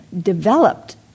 developed